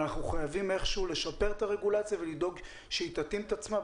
אנחנו חייבים איך שהוא לשפר את הרגולציה ולדאוג שהיא תתאים את עצמה,